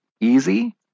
easy